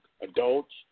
adults